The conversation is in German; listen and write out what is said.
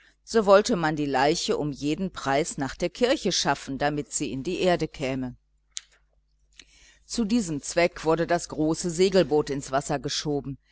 so wollte man die leiche um jeden preis nach der kirche schaffen damit sie in die erde käme zu diesem zweck wurde das große segelboot ins wasser geschoben